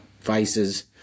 vices